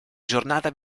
giornata